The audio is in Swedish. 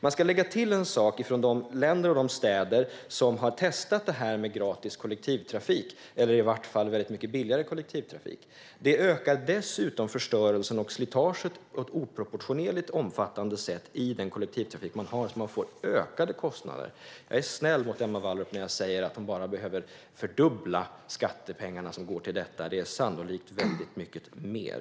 I de länder och städer som har testat detta med mycket billigare eller gratis kollektivtrafik har förstörelsen och slitaget i kollektivtrafiken ökat på ett oproportionerligt omfattande sätt så att de har fått ökade kostnader. Jag är snäll mot Emma Wallrup när hon säger att hon bara behöver fördubbla skattepengarna som går till detta, för det handlar sannolikt om väldigt mycket mer.